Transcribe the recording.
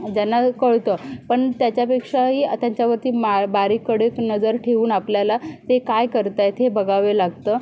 ज्यांना कळतं पण त्याच्यापेक्षाही त्यांच्यावरती मा बारीक कडक नजर ठेवून आपल्याला ते काय करत आहेत हे बघावे लागतं